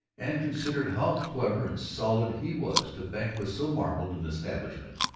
and considered how clever and solid he was to bank with so marbled an establishment.